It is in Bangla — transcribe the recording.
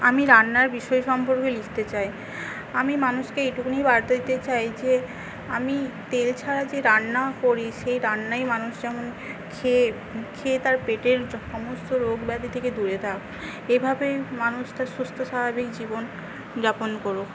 আমি রান্নার বিষয় সম্পর্কে লিখতে চাই আমি মানুষকে এইটুকুনই বার্তা দিতে চাই যে আমি তেল ছাড়া যে রান্না করি সেই রান্নাই মানুষ যেমন খেয়ে খেয়ে তার পেটের সমস্ত রোগব্যাধি থেকে দূরে থাক এইভাবেই মানুষ তার সুস্থ স্বাভাবিক জীবনযাপন করুক